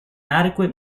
adequate